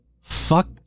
fuck